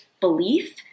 belief